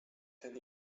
ten